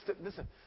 Listen